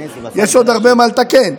יש עוד הרבה מה לתקן,